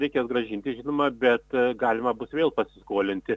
reikės grąžinti žinoma bet galima bus vėl pasiskolinti